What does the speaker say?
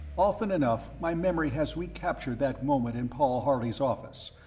often enough my memory has recaptured that moment in paul harley's office,